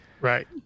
Right